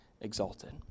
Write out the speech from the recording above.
exalted